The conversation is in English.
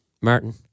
Martin